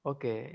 Okay